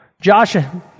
Joshua